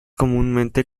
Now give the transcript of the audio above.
comúnmente